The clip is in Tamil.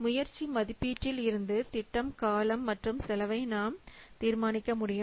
முயற்சி மதிப்பீட்டில் இருந்து திட்டக் காலம் மற்றும் செலவை நாம் தீர்மானிக்க முடியும்